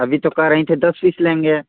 अभी तो कह रहीं थीं दस पीस लेंगे